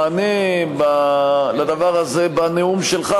מענה לדבר הזה בנאום שלך,